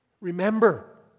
remember